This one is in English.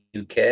UK